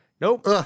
Nope